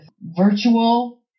virtual